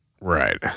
Right